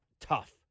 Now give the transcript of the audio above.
tough